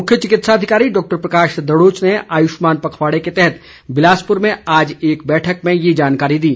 मुख्य चिकित्सा अधिकारी डॉक्टर प्रकाश दड़ोच ने आयुष्मान पखवाड़े के तहत बिलासपुर में आज एक बैठक में ये जानकारी दी